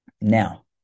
Now